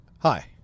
Hi